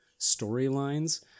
storylines